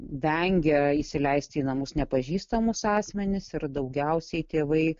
vengia įsileisti į namus nepažįstamus asmenis ir daugiausiai tėvai